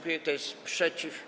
Kto jest przeciw?